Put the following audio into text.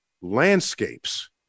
landscapes